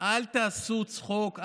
אל תעשו צחוק,